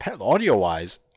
audio-wise